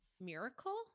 miracle